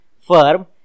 firm